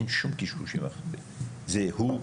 אין שום --- זה הוא,